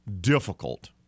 difficult